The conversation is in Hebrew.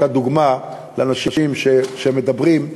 אתה דוגמה לאנשים שכשהם מדברים,